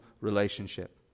relationship